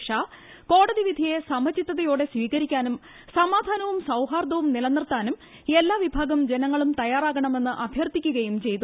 ഷാ കോടതിവിധിയെ സമപ്പിത്തയോടെ സ്വീകരിക്കാനും സമാധാനവും സൌഹാർദ്ദവും നിലനിർത്താനും എല്ലാ വിഭാഗം ജനങ്ങളും തയ്യാറാകണമെന്ന് അഭ്യർത്ഥിക്കുകയും ചെയ്തു